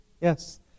Yes